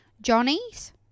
Johnny's